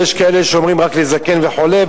ויש כאלה שאומרים: רק לזקן וחולה,